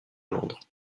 londres